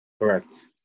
Correct